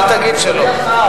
אל תגיד שלא.